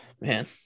man